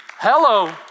hello